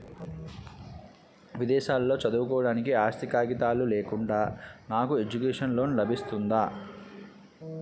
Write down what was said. విదేశాలలో చదువుకోవడానికి ఆస్తి కాగితాలు లేకుండా నాకు ఎడ్యుకేషన్ లోన్ లబిస్తుందా?